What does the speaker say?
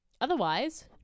otherwise